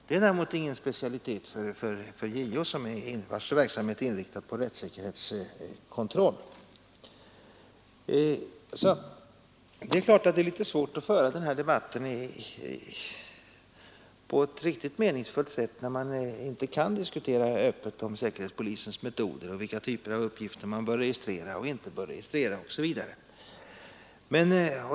Det är klart att det är litet svårt att föra den här debatten på ett riktigt meningsfullt sätt när man inte kan diskutera öppet om säkerhetspolisens metoder och vilka typer av uppgifter som man bör registrera och inte registrera.